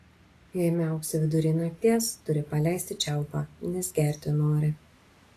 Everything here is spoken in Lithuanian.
jei miauksi vidury nakties turi paleisti čiaupą nes gerti nori